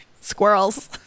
Squirrels